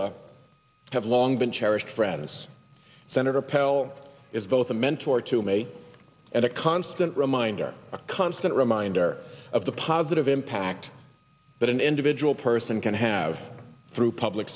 lot have long been cherished friends senator pell is both a mentor to me and a constant reminder a constant reminder of the positive impact that an individual person can have through public